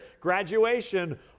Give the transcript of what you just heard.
graduation